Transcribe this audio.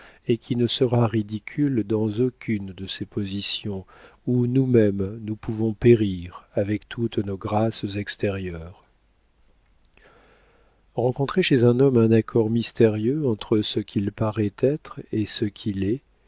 et qui ne sera ridicule dans aucune de ces positions où nous-mêmes nous pouvons périr avec toutes nos grâces extérieures rencontrer chez un homme un accord mystérieux entre ce qu'il paraît être et ce qu'il est